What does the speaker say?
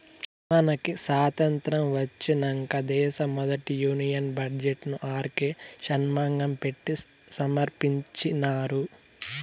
మనకి సాతంత్రం ఒచ్చినంక దేశ మొదటి యూనియన్ బడ్జెట్ ను ఆర్కే షన్మగం పెట్టి సమర్పించినారు